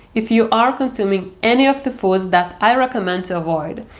if you are consuming any of the foods that i recommend to avoid.